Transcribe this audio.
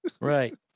Right